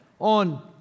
on